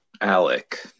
Alec